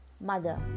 Mother